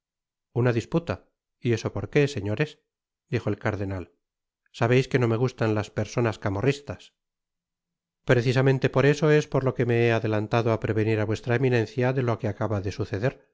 una disputa y eso porqué señores di jo el cardenal sabeis que no me gustan las personas camorristas precisamente por eso es por lo que me he adelantado á prevenir á vuestra eminencia de lo que acaba de suceder